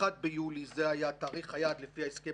1 ביולי היה תאריך היעד לפי ההסכם